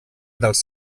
dels